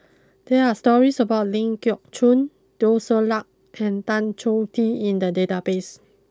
there are stories about Ling Geok Choon Teo Ser Luck and Tan Choh Tee in the database